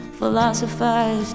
philosophize